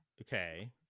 Okay